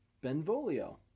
Benvolio